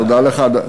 תודה לך.